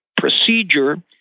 procedure